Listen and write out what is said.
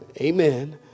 Amen